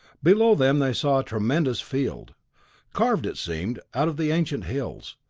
below them they saw a tremendous field carved, it seemed, out of the ancient hills.